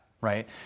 right